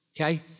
okay